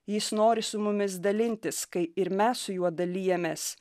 jis nori su mumis dalintis kai ir mes su juo dalijamės